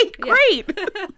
great